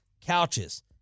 couches